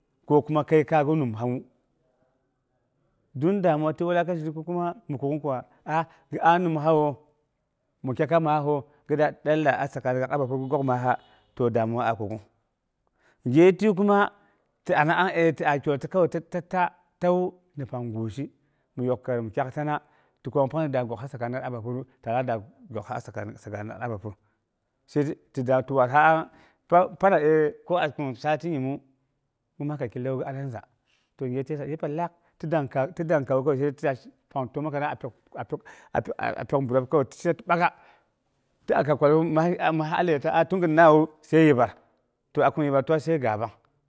Ko kuma kinkai gi nimhawu, dm damuwa ti wulakanshi ko kuma a kuk'ung kwa a nimhawo, mi kyekai maaho gilak de la sakani gaak man bapyi gi gok maaha, to damuwa a kuk'ung. Gye ti kuma, ti anangngas ti a tolta kowai ta ti ta tawu ni pang guisi mi yok kəi mi taktana, ti kwa pang da goksa sakanigas man bapgiyu ti lak da goksa sakanigas man bapyi, sai dei ti dang ti waarna, pana pan eee ko aku sati nyime gi ami kəi ki lau aniza to yepang laak ti dangkawu da dei shi pang təomoa apyok buran kowai ti shi ti bak'a tin aka kwalu maah hin laita, abtigətnawu sai yibbəi